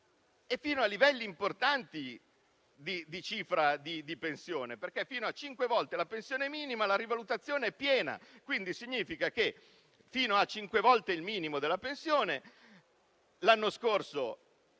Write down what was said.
fino a livelli importanti di pensione: fino a cinque volte la pensione minima la rivalutazione è piena; ciò significa che fino a cinque volte il minimo della pensione l'anno scorso